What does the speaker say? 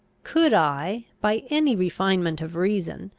could i, by any refinement of reason,